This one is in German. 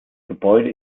gebäude